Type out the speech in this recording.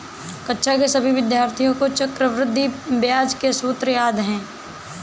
कक्षा के सभी विद्यार्थियों को चक्रवृद्धि ब्याज के सूत्र याद हैं